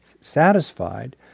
satisfied